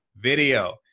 video